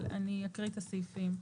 אבל אני אקריא את הסעיפים: